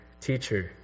teacher